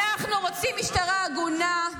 אנחנו רוצים משטרה הגונה,